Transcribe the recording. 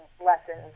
lessons